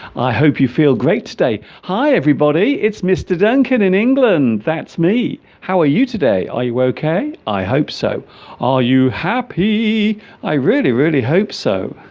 i hope you feel great today hi everybody its mr. duncan in england that's me how are ah you today are you ok i hope so are you happy i really really hope so